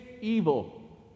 evil